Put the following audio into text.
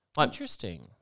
Interesting